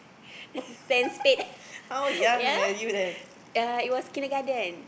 sand spade yeah uh it was kindergarten